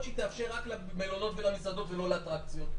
שהיא תאפשר רק למלונות ולמסעדות ולא לאטרקציות.